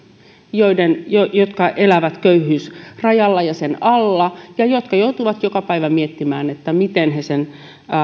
jotka elävät köyhyysrajalla ja sen alla ja jotka joutuvat joka päivä miettimään miten he